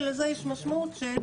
ולזה יש משמעות של